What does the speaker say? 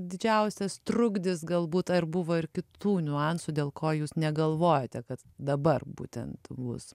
didžiausias trukdis galbūt ar buvo ir kitų niuansų dėl ko jūs negalvojote kad dabar būtent bus